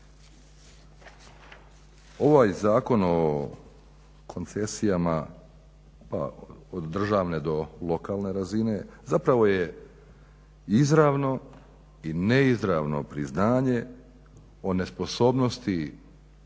Ovaj Zakon o koncesijama pa od državne pa do lokalne razine zapravo je izravno i neizravno priznanje o nesposobnosti